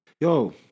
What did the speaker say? Yo